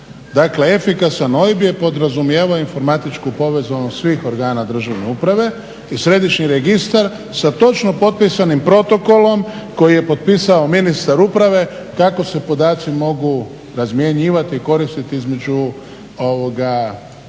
Dakle, efikasan OIB je podrazumijevao informatičku povezanost svih organa državne uprave i središnji registar sa točno potpisanim protokolom koji je potpisao ministar uprave kako se podaci mogu razmjenjivati i koristiti između državne